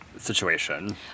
Situation